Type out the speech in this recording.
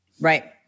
Right